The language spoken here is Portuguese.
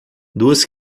duas